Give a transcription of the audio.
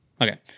Okay